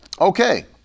Okay